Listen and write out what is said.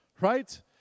right